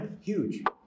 Huge